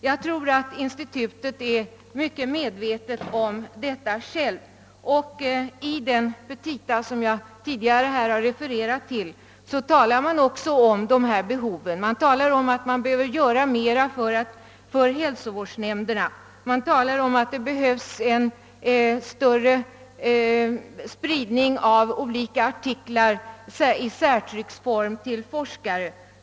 Jag tror att institutet självt är. medvetet om detta. I de petita som jag tidigare här har refererat till talar man också om dessa behov. Det talas om att man behöver göra mera för hälsovårdsnämnderna. Det talas om att det behövs en större spridning av olika artiklar i särtrycksform till forskare.